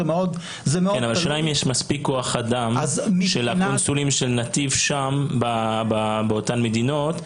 אבל השאלה היא האם יש מספיק כוח אדם של הקונסולים של נתיב באותן מדינות.